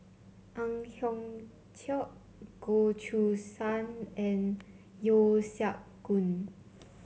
Ang Hiong Chiok Goh Choo San and Yeo Siak Goon